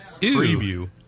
preview